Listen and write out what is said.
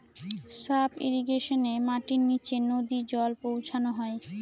sub ইর্রিগেশনে মাটির নীচে নদী জল পৌঁছানো হয়